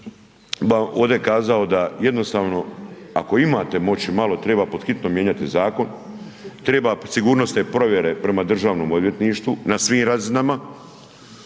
Ja bih ovdje kazao da jednostavno ako imate moći malo treba pod hitno mijenjati zakon, treba sigurnosne provjere prema Državnom odvjetništvu na svim razinama